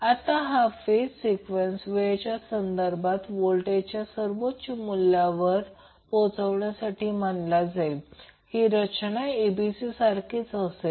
आता हा phase sequence वेळेच्या संदर्भात व्होल्टेजच्या सर्वोच्च मुल्यावर पोहोचवण्यात मानला जाईल ही रचना abc सारखी असेल